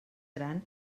gran